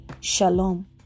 Shalom